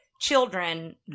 Children